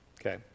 Okay